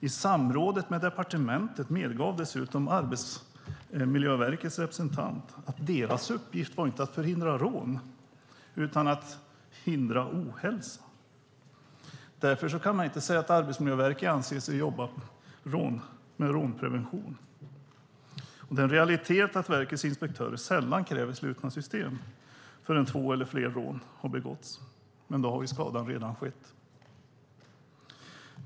I samrådet med departementet medgav dessutom Arbetsmiljöverkets representant att deras uppgift inte var att förhindra rån utan att förhindra ohälsa. Därför kan man inte säga att Arbetsmiljöverket anser sig jobba med rånprevention. Det är en realitet att verkets inspektörer sällan kräver slutet kassasystem förrän två eller fler rån har begåtts. Men då har skadan redan skett.